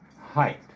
height